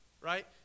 right